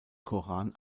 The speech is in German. koran